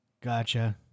Gotcha